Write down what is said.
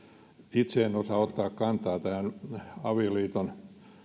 itse en osaa ottaa kantaa tähän avioliiton